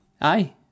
Aye